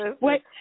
Wait